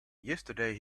yesterday